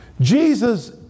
Jesus